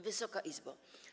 Wysoka Izbo!